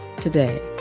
today